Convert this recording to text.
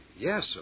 yes